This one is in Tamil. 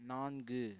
நான்கு